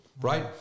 right